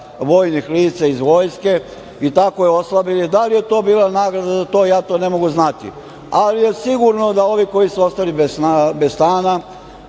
vojnih lica iz vojske i tako je oslabili. Da li je to bila nagrada za to? Ja to ne mogu znati, ali je sigurno da ovi koji su ostali bez stana,